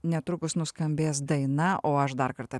netrukus nuskambės daina o aš dar kartą